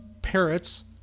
parrots